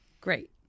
Great